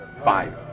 five